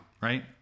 Right